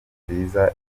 nziza